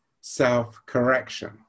self-correction